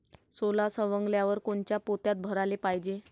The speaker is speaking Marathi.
सोला सवंगल्यावर कोनच्या पोत्यात भराले पायजे?